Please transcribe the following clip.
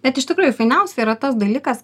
bet iš tikrųjų fainiausia yra tas dalykas